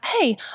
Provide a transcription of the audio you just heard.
hey